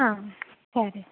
ಹಾಂ ಸರಿ